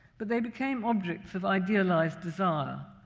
but they became objects of idealized desire.